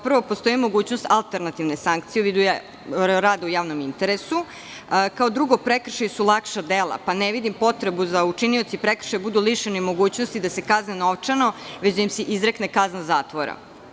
Prvo, postoji mogućnost alternativne sankcije u vidu rada u javnom interesu, kao drugo, prekršaji su lakša dela pa ne vidim potrebu da učinioci prekršaja budu lišeni mogućnosti da se kazne novčano, već da im se izrekne kazna zatvora.